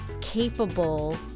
capable